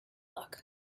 luck